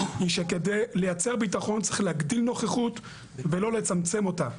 היא שכדי לייצר ביטחון צריך להגדיל נוכחות ולא לצמצם אותה.